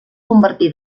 convertí